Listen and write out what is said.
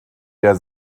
der